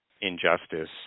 injustice